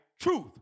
truth